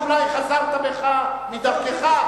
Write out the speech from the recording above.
אני חשבתי שאולי חזרת בך מדרכך.